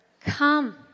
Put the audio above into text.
come